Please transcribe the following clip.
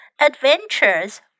Adventures